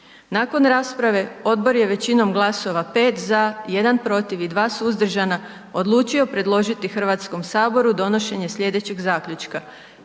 Nakon rasprave odbor je većinom glasova 5 za, 1 protiv i 2 suzdržana odlučio predložiti Hrvatskom saboru donošenje slijedećeg zaključka.